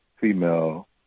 female